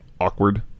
awkward